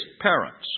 parents